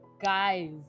Guys